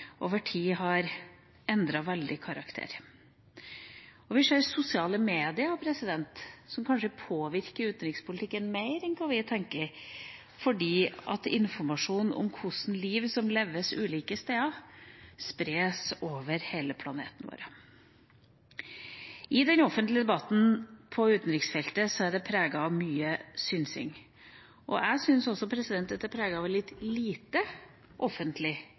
over tid har endret karakter veldig. Og vi ser sosiale medier, som kanskje påvirker utenrikspolitikken mer enn vi tenker, fordi informasjon om liv som leves ulike steder, spres over hele planeten. Den offentlige debatten på utenriksfeltet er preget av mye synsing. Jeg syns også at feltet er preget av litt lite offentlig